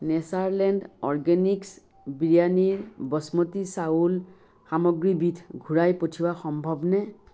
Natureland organics বিৰয়ানীৰ বসমতী চাউল সামগ্ৰীবিধ ঘূৰাই পঠিওৱা সম্ভৱনে